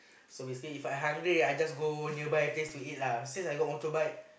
so basically If I hungry I just go nearby place to eat lah since I got motorbike